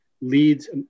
leads